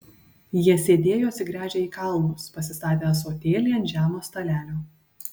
jie sėdėjo atsigręžę į kalnus pasistatę ąsotėlį ant žemo stalelio